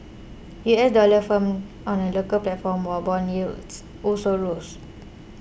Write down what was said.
U S dollar firmed on the local platform while bond yields also rose